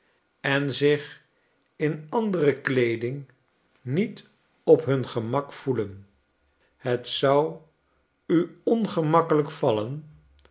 en zich in andere kleeding niet op hun gemak voelen het zou u ongemakkelijk vallen